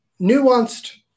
nuanced